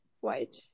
white